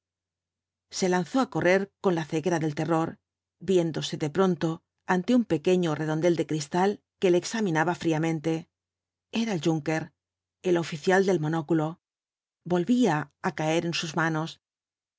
se lanzó á correr con la ceguera del terror viéndose de pronto ante un pequeño redondel de cristal que le ao v b asoo ibákbz examinaba fríamente era el junker el oficial del monóculo volvía á caer en sus manos